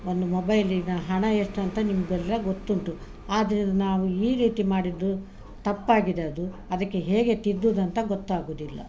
ಒಂದು ಮೊಬೈಲಿನ ಹಣ ಎಷ್ಟಂತ ನಿಮಗೆಲ್ಲ ಗೊತ್ತುಂಟು ಆದರೆ ನಾವು ಈ ರೀತಿ ಮಾಡಿದ್ದು ತಪ್ಪಾಗಿದೆ ಅದು ಅದಕ್ಕೆ ಹೇಗೆ ತಿದ್ದುದಂತ ಗೊತ್ತಾಗುದಿಲ್ಲ